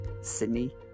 Sydney